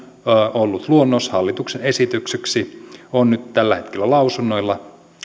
ollut luonnos hallituksen esitykseksi lausunnoilla